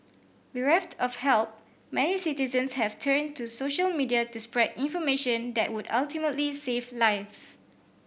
bereft of help many citizens have turned to social media to spread information that would ultimately save lives